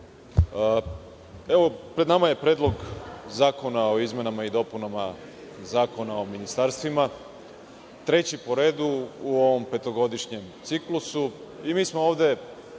pred nama je Predlog zakona o izmenama i dopunama Zakona o ministarstvima, treći po redu u ovom petogodišnjem ciklusu i mi smo ovde,